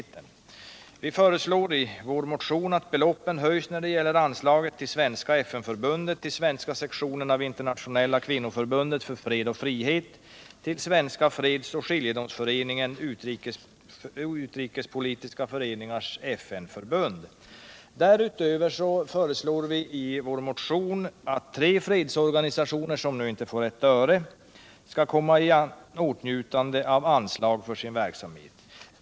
Arbetarpartiet kommunisterna föreslår i sin motion att beloppen höjs när det gäller anslaget till Svenska FN-förbundet, till Svenska sektionen av Internationella kvinnoförbundet för fred och frihet, till Svenska fredsoch skiljedomsföreningen och Utrikespolitiska föreningarnas FN-förbund. Vi föreslår därutöver att tre fredsorganisationer, som nu inte får ett öre, skall komma i åtnjutande av anslag för sin verksamhet.